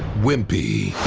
wimpy.